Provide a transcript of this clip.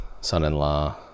son-in-law